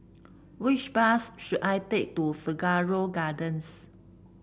which bus should I take to Figaro Gardens